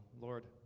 Lord